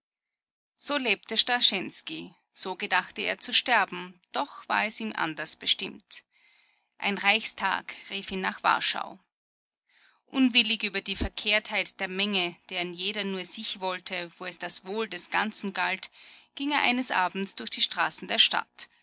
so lebte starschensky so gedachte er zu sterben doch war es ihm anders bestimmt ein reichstag rief ihn nach warschau unwillig über die verkehrtheit der menge deren jeder nur sich wollte wo es das wohl des ganzen galt ging er eines abends durch die straßen der stadt